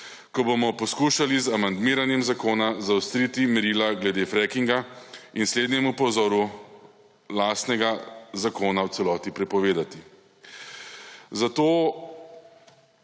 ko bomo poskušali z amandmiranjem zakona zaostriti merila glede frekinga in slednjemu po vzoru lastnega zakona v celoti prepovedati. Zato